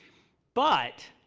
but,